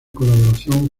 colaboración